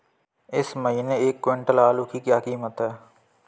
इस महीने एक क्विंटल आलू की क्या कीमत है?